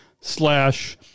slash